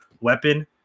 weapon